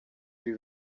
iri